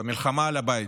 מלחמה על הבית,